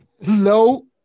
No